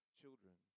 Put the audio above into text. children